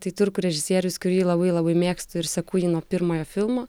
tai turkų režisierius kurį labai labai mėgstu ir seku jį nuo pirmojo filmo